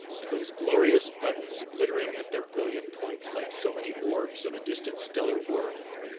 and those glorious buttons glittering at their brilliant points like so many orbs of a distant stellar world.